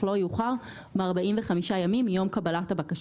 לא יאוחר מ-45 ימים מיום קבלת הבקשה".